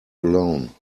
alone